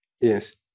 Yes